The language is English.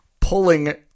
pulling